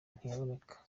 ntiyaboneka